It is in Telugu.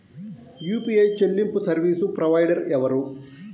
యూ.పీ.ఐ చెల్లింపు సర్వీసు ప్రొవైడర్ ఎవరు?